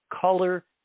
color